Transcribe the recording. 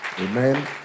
Amen